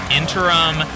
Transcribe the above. interim